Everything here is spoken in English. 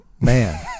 man